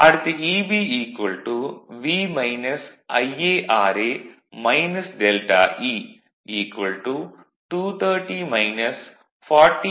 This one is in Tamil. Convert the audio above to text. அடுத்து Eb V Iara Δe 230 400